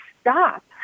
stop